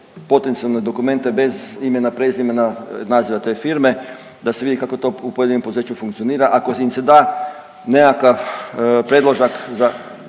potencijalne dokumente bez imena, prezimena i naziva te firme, da se vidi kako to u pojedinom poduzeću funkcionira, ako im se da nekakav predložak za,